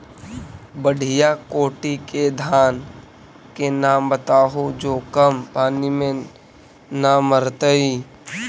बढ़िया कोटि के धान के नाम बताहु जो कम पानी में न मरतइ?